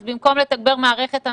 אז במקום לתגבר מערכת,